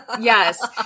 Yes